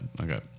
okay